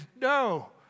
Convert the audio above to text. No